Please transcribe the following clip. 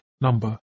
number